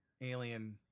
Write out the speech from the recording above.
Alien